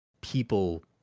people